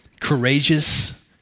courageous